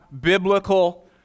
biblical